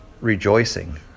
rejoicing